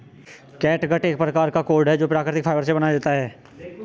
catgut एक प्रकार का कॉर्ड है जो प्राकृतिक फाइबर से बनाया जाता है